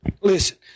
listen